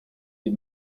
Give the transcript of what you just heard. les